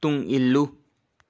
ꯇꯨꯡ ꯏꯜꯂꯨ